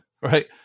Right